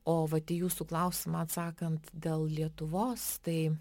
o vat į jūsų klausimą atsakant dėl lietuvos tai